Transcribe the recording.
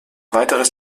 weiteres